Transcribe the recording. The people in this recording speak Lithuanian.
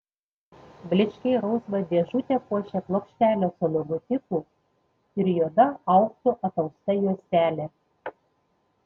blyškiai rausvą dėžutę puošią plokštelė su logotipu ir juoda auksu atausta juostelė